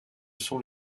sont